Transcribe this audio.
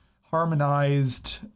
harmonized